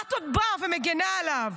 ואת עוד באה ומגינה עליו.